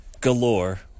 galore